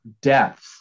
depth